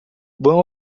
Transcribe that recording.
vão